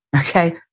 Okay